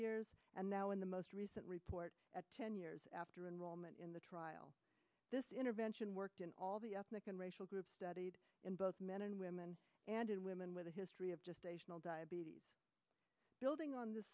years and now in the most recent report at ten years after enrollment in the trial this intervention worked in all the ethnic and racial groups studied in both men and women and in women with a history of diabetes building on the